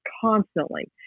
constantly